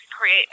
create